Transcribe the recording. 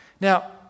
Now